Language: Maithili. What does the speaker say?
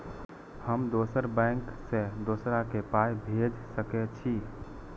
हम दोसर बैंक से दोसरा के पाय भेज सके छी?